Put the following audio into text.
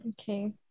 Okay